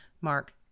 Mark